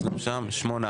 שמונה.